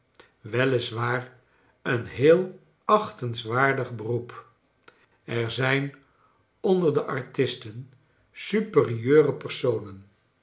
waar een heel achtenswaardig beroep er zijn onder de artisten superieure personen